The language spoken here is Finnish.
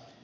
tuossa